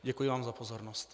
Děkuji vám za pozornost.